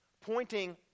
Pointing